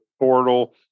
portal